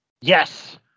Yes